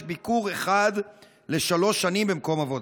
יש ביקור אחד בשלוש שנים במקום עבודה.